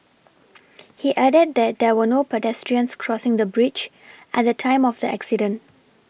he added that there were no pedestrians crossing the bridge at the time of the accident